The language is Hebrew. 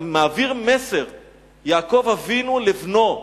מעביר מסר יעקב אבינו לבנו,